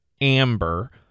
Amber